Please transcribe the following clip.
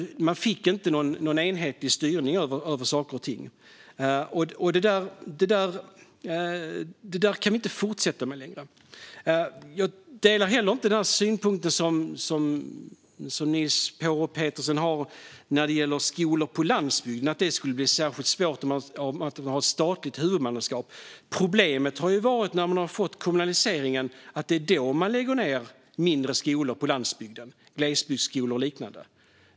Man fick inte någon enhetlig styrning över saker och ting. Så kan vi inte fortsätta längre. Jag delar heller inte Niels Paarup-Petersens synpunkter när det gäller skolor på landsbygden, alltså att det skulle bli särskilt svårt om man har ett statligt huvudmannaskap. Problemet har ju varit att kommunaliseringen gjort att man lagt ned mindre skolor på landsbygden, glesbygdsskolor och liknande.